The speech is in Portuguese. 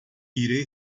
irei